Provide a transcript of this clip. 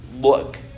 look